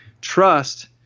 trust